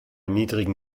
niedrigen